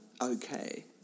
okay